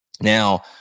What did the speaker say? Now